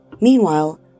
Meanwhile